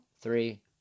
three